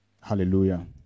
Hallelujah